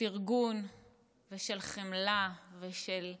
פרגון ושל חמלה ושל הכלה,